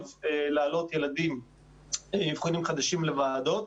להעלות ילדים עם אבחונים חדשים לוועדות